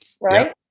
right